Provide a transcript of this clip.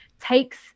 takes